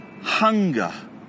hunger